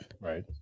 Right